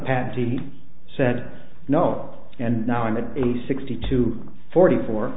patty said no and now i'm at least sixty two forty four